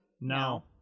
No